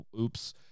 oops